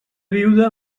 viuda